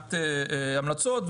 מבחינת המלצות?